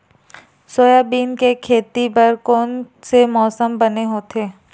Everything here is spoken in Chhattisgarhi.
सोयाबीन के खेती बर कोन से मौसम बने होथे?